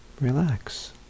Relax